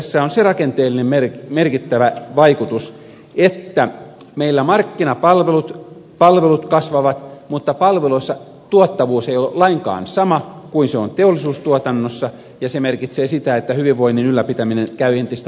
tässä on se merkittävä rakenteellinen vaikutus että meillä markkinapalvelut kasvavat mutta palveluissa tuottavuus ei ole lainkaan sama kuin se on teollisuustuotannossa ja se merkitsee sitä että hyvinvoinnin ylläpitäminen käy entistä haastavammaksi